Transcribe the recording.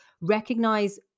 Recognize